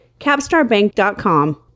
capstarbank.com